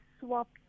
swap